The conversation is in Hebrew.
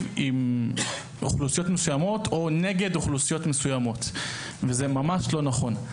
עם אוכלוסיות מסוימות או נגד אוכלוסיות מסוימות אבל זה ממש לא נכון.